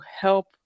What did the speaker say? help